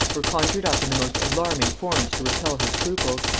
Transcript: were conjured up in the most alarming forms to repel her scruples.